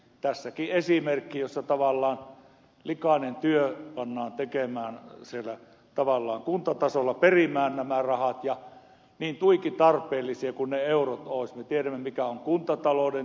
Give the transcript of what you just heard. tässäkin esimerkki jossa tavallaan likainen työ pannaan tekemään kuntatasolla perimään nämä rahat niin tuiki tarpeellisia kuin ne eurot olisivat kun me tiedämme mikä on kuntatalouden tila